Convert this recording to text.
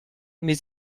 mais